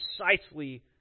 precisely